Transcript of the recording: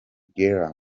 guelleh